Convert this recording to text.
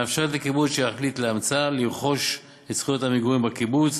מאפשרת לקיבוץ שיחליט לאמצה לרכוש את זכויות המגורים בקיבוץ